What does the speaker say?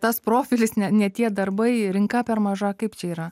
tas profilis ne ne tie darbai rinka per maža kaip čia yra